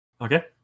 Okay